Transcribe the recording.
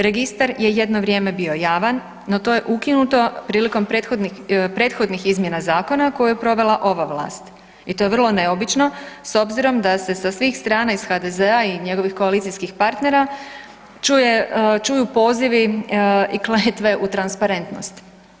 Registar je jedno vrijeme bio javan, no to je ukinuto prilikom prethodnih izmjena zakona koju je provela ova vlast i to vrlo neobično s obzirom da se sa svih strana iz HDZ-a i njegovih koalicijskih partnera čuje, čuju pozivi i kletve u transparentnost.